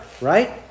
right